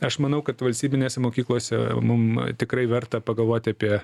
aš manau kad valstybinėse mokyklose mum tikrai verta pagalvoti apie